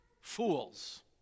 Fools